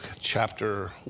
chapter